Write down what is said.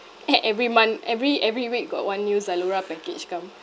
eh every month every every week got one new Zalora package come